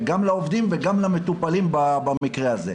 גם לעובדים וגם למטופלים במקרה הזה.